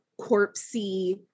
corpsey